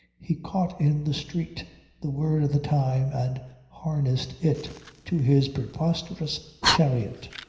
he caught in the street the word of the time and harnessed it to his preposterous chariot.